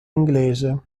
inglese